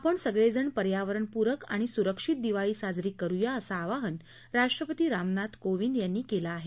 आपण सगळेजण पर्यावरणपूरक आणि सुरक्षित दिवाळी साजरी करुया असं आवाहन राष्ट्रपती रामनाथ कोविंद यांनी केलं आहे